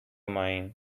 mind